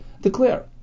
declare